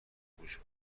گوش